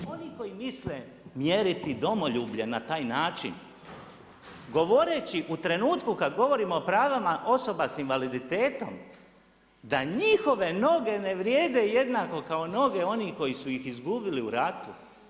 Oni koji misle mjeriti domoljube na taj način, govoreći u trenutku kada govorimo o pravima osoba s invaliditetom, da njihove noge ne vrijede jednako kao noge onih koji su ih izgubili u ratu.